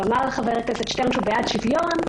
אמר חבר הכנסת שטרן שהוא בעד שוויון,